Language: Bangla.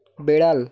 বেড়াল